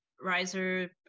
riser